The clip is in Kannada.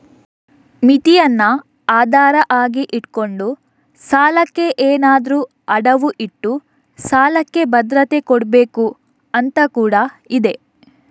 ಮಿತಿಯನ್ನ ಆಧಾರ ಆಗಿ ಇಟ್ಕೊಂಡು ಸಾಲಕ್ಕೆ ಏನಾದ್ರೂ ಅಡವು ಇಟ್ಟು ಸಾಲಕ್ಕೆ ಭದ್ರತೆ ಕೊಡ್ಬೇಕು ಅಂತ ಕೂಡಾ ಇದೆ